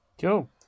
Cool